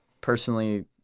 personally